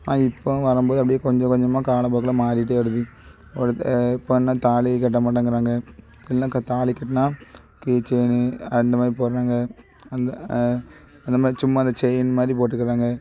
ஆ இப்போவும் வரம்போது அப்டே கொஞ்ச கொஞ்சமாக காலப்போக்கில் மாறிக்கிட்டே வருது ஒரு இப்போ என்ன தாலி கட்டமாட்டேங்கிறாங்க இல்லனா க தாலி கட்டினா கீ செயின்னு அந்த மாதிரி போடுறாங்க அந்த அந்த மாதிரி சும்மா அந்த செயின் மாதிரி போட்டுக்குறாங்க